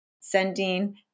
sending